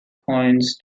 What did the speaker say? coins